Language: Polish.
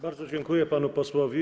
Bardzo dziękuję panu posłowi.